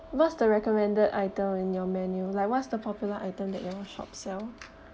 what's the recommended item in your menu like what's the popular item that your shop sell